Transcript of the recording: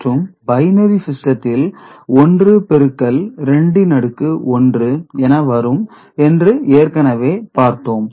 மற்றும் பைனரி சிஸ்டத்தில் 1 பெருக்கல் 2 ன்அடுக்கு 1 என வரும் என்று ஏற்கனவே பார்த்தோம்